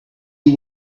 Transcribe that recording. you